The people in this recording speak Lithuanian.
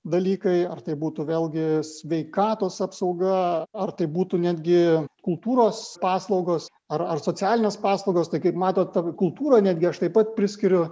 dalykai ar tai būtų vėlgi sveikatos apsauga ar tai būtų netgi kultūros paslaugos ar ar socialinės paslaugos tai kaip matote ten kultūrą netgi aš taip pat priskiriu